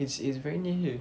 it's it's very near here